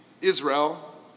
Israel